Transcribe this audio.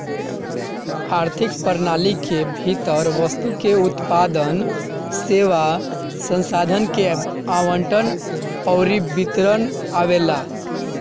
आर्थिक प्रणाली के भीतर वस्तु के उत्पादन, सेवा, संसाधन के आवंटन अउरी वितरण आवेला